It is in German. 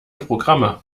programme